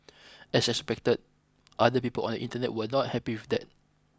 as expected other people on the Internet were not happy with that